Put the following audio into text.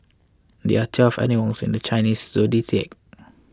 there are twelve animals in the Chinese zodiac